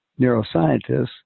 neuroscientists